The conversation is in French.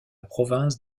province